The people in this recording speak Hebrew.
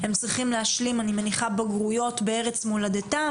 צריך לחשוב מערכתית ולתת מענה מותאם.